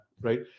right